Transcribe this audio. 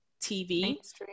TV